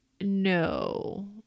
No